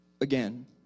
again